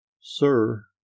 sir